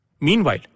Meanwhile